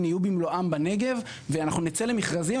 תהיה במלואה בנגב ואנחנו נצא למכרזים,